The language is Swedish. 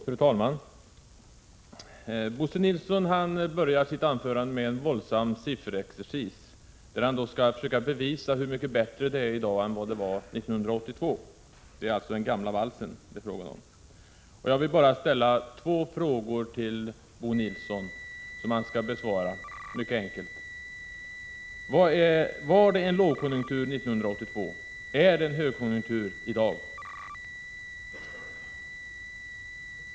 Fru talman! Bo Nilsson började sitt anförande med en våldsam sifferexercis i vilken han försökte bevisa hur mycket bättre det är i dag än 1982. Det är alltså fråga om den gamla valsen. Jag vill bara ställa två frågor till Bo Nilsson, som han borde kunna besvara mycket enkelt. Var det en lågkonjunktur 1982? Är det en högkonjunktur i dag?